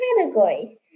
categories